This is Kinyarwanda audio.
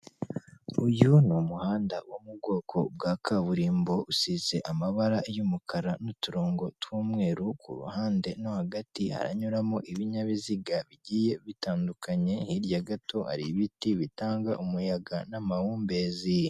Uyu ni umuhanda wo mu bwoko bwa kaburimbo usize amabara y'umukara n'uturongo tw'umweru kuhande no hagati haranyuramo ibinyabiziga bigiye bitandukanye hirya gato hari ibiti bitanga umuyaga n'amahumbezi.